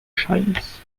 shines